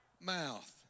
Mouth